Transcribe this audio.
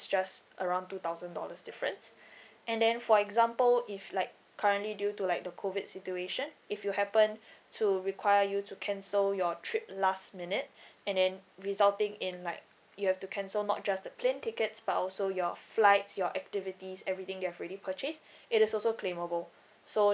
just around two thousand dollars difference and then for example if like currently due to like the COVID situation if you happen to require you to cancel your trip last minute and then resulting in like you have to cancel not just the plane tickets but also your flights your activities everything you've already purchase it is also claimable so